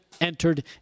entered